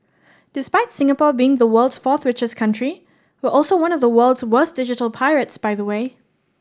despite Singapore being the world's fourth richest country we're also one of the world's worst digital pirates by the way